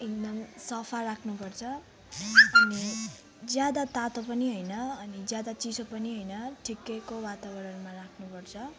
एकदम सफा राख्नु पर्छ ज्यादा तातो पनि होइन अनि ज्यादा चिसो पनि होइन ठिकैको वातावरणमा राख्नु पर्छ